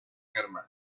herman